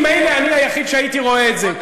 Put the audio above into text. איפה אתה רואה את זה?